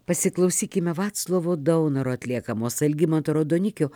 pasiklausykime vaclovo daunoro atliekamos algimanto raudonikio